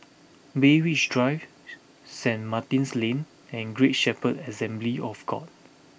Berwick Drive Saint Martin's Lane and Great Shepherd Assembly of God